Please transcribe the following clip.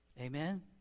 Amen